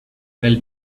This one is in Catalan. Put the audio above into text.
pel